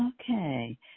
Okay